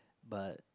but